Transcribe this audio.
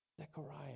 Zechariah